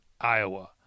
Iowa